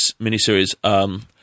miniseries